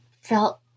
felt